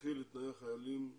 האזרחי לתנאי החיילים הבודדים.